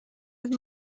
with